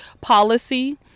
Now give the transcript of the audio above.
policy